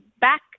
back